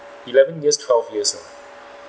eleven years twelve years uh